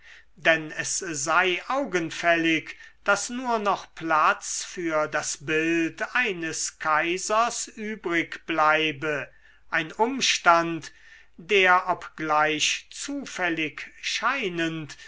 denn es sei augenfällig daß nur noch platz für das bild eines kaisers übrig bleibe ein umstand der obgleich zufällig scheinend